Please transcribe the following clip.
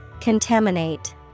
Contaminate